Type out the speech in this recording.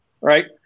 right